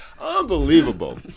Unbelievable